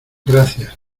gracias